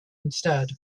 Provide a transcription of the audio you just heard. instead